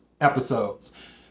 episodes